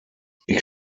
ich